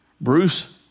Bruce